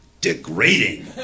Degrading